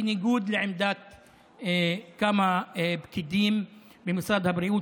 בניגוד לעמדת כמה פקידים ממשרד הבריאות,